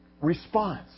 response